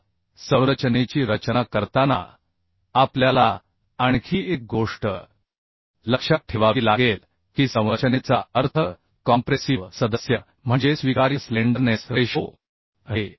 आता संरचनेची रचना करताना आपल्याला आणखी एक गोष्ट लक्षात ठेवावी लागेल की संरचनेचा अर्थ कॉम्प्रेसिव्ह सदस्य म्हणजे स्वीकार्य स्लेंडरनेस रेशो आहे